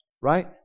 right